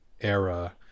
era